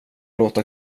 låta